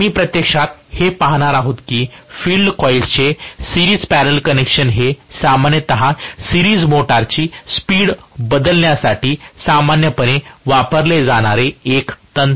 तर आम्ही प्रत्यक्षात हे पाहणार आहोत की फील्ड कॉइल्सचे सिरिज पॅरलल कनेक्शन हे सामान्यत सिरीज मोटरची स्पीड बदलण्यासाठी सामान्यपणे वापरली जाणारे एक तंत्र आहे